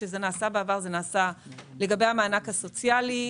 בעבר זה נעשה לגבי המענק הסוציאלי,